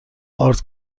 ارد